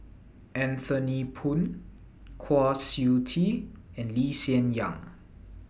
Anthony Poon Kwa Siew Tee and Lee Hsien Yang